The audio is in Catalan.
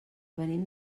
venim